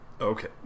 Okay